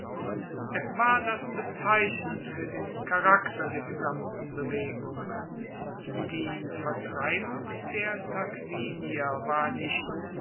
es war das bezeichnend fuer den charakter der gesamten bewegung die vertreibung der tarquinier war nicht